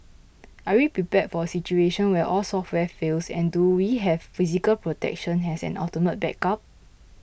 are we prepared for a situation where all software fails and do we have physical protection as an ultimate backup